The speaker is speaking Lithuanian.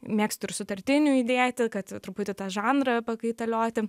mėgstu ir sutartinių idėti kad truputį tą žanrą pakaitalioti